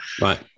Right